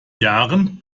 jahren